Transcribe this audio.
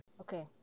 Okay